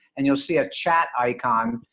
and you'll see a chat icon,